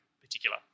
particular